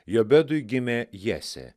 jobedui gimė jesė